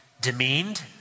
demeaned